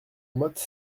motte